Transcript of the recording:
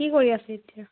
কি কৰি আছে এতিয়া